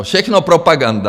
Všechno propaganda.